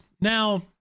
Now